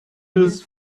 des